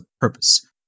purpose